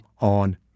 on